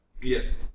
Yes